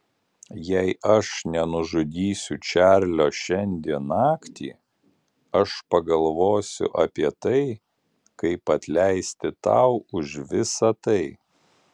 jei aš nenužudysiu čarlio šiandien naktį aš pagalvosiu apie tai kaip atleisti tau už visą tai